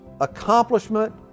accomplishment